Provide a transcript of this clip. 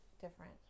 different